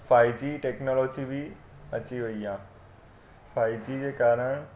five G technology बि अची वई आहे फाइव जी जे कारण